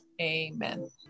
Amen